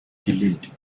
delayed